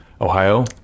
Ohio